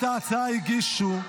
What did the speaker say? את ההצעה הגישו,